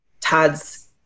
Todd's